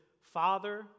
Father